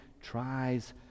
tries